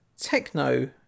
techno